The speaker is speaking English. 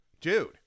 dude